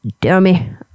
dummy